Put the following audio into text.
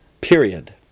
Period